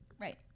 Right